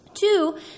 Two